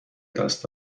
دست